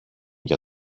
για